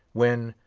when,